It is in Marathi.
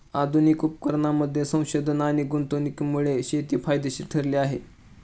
आधुनिक उपकरणांमध्ये संशोधन आणि गुंतवणुकीमुळे शेती फायदेशीर ठरली आहे